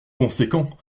conséquent